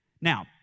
Now